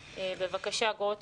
אגב,